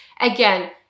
Again